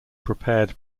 prepared